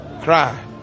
cry